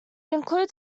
includes